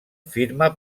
firma